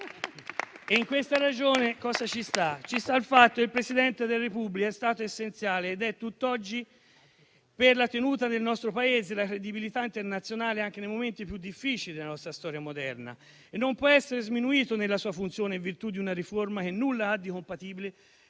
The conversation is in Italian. In questa ragione cosa ci sta? Il fatto che il Presidente della Repubblica è stato essenziale e lo è tutt'oggi per la tenuta del nostro Paese, come lo è la sua credibilità internazionale anche nei momenti più difficili della nostra storia moderna e non può essere sminuito nella sua funzione in virtù di una riforma che nulla ha di compatibile